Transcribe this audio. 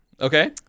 Okay